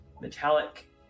metallic